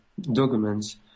documents